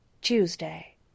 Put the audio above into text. Tuesday